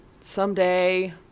someday